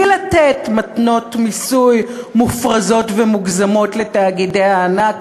לתת מתנות מיסוי מופרזות ומוגזמות לתאגידי הענק,